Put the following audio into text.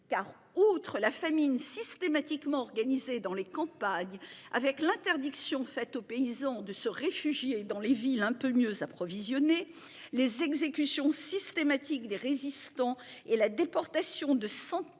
car outre la famine systématiquement organisées dans les campagnes avec l'interdiction faite aux paysans de se réfugier dans les villes un peu mieux approvisionnés. Les exécutions systématiques des résistants et la déportation de centaines